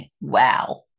wow